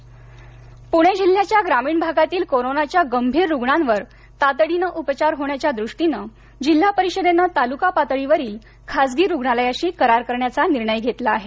ग्रामीण पूणे जिल्ह्याच्या ग्रामीण भागातील कोरोनाच्या गंभीर रुग्णांवर तातडीनं उपचार होण्याच्या दृष्टीनं जिल्हा परिषदेनं तालुका पातळीवरील खासगी रुग्णालयाशी करार करण्याचा निर्णय घेतला आहे